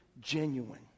genuine